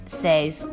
says